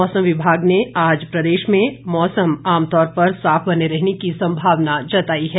मौसम विभाग ने भी आज प्रदेश में मौसम आमतौर पर साफ बने रहने की संभावना जताई है